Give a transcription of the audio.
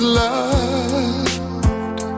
loved